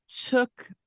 took